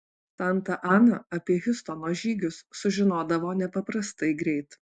santa ana apie hiustono žygius sužinodavo nepaprastai greit